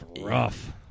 rough